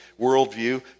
worldview